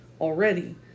already